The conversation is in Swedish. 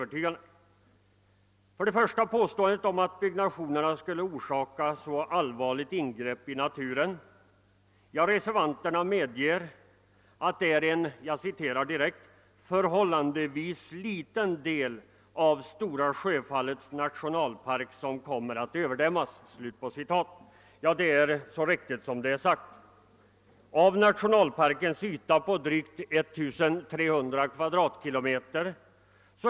Beträffande det första påståendet, att byggnadsarbetena skulle orsaka så all 'varliga ingrepp i naturen, medger reservanterna att det är en »förhållandevis liten del av Stora Sjöfallets nationhalpark som kommer att överdämmas». Ja, det är så riktigt som det är sagt. Av riationalparkens yta på drygt 1300 km?